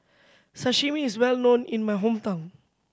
Sashimi is well known in my hometown